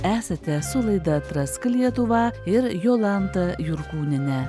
esate su laida atrask lietuvą ir jolanta jurkūniene